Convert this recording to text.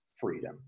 freedom